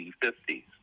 1950s